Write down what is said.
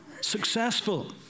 successful